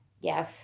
yes